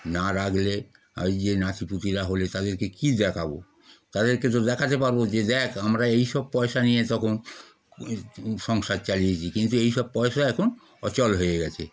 না রাখলে ওই যে নাতি পুতিরা হলে তাদেরকে কী দেখাব তাদেরকে তো দেখাতে পারব যে দেখ আমরা এইসব পয়সা নিয়ে তখন সংসার চালিয়েছি কিন্তু এইসব পয়সা এখন অচল হয়ে গিয়েছে